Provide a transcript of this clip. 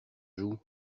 joue